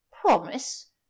promise